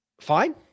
fine